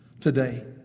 today